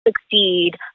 succeed